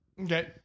Okay